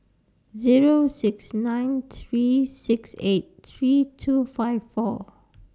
Zero six nine three six eight three two five four